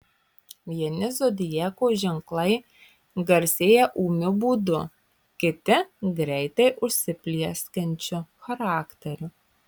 vieni zodiako ženklai garsėja ūmiu būdu kiti greitai užsiplieskiančiu charakteriu